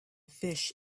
fish